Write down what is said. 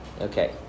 Okay